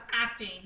acting